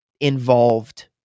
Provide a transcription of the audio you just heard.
involved